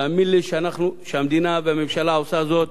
תאמין לי שהמדינה והממשלה עושה זאת